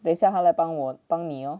等一下他来帮我帮你哦